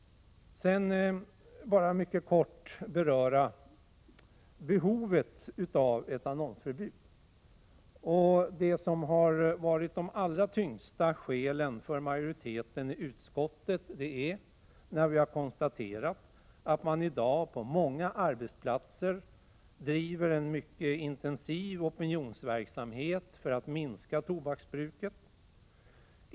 Jag vill kort beröra behovet av ett annonsförbud. Utskottet har konstaterat att man i dag på många arbetsplater driver en mycket intensiv opinionsverksamhet för att minska tobaksbruket.